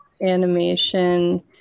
animation